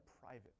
private